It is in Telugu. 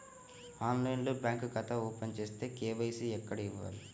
ఆన్లైన్లో బ్యాంకు ఖాతా ఓపెన్ చేస్తే, కే.వై.సి ఎక్కడ ఇవ్వాలి?